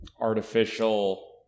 artificial